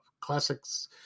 Classics